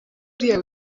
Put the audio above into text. uriya